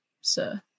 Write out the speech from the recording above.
sir